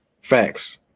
facts